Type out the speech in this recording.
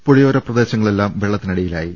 പുഴയോര പ്രദേശങ്ങളെല്ലാം വെള്ളത്തിനടിയിലായി